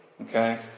Okay